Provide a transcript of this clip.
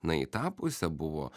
na į tą pusę buvo